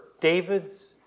David's